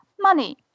money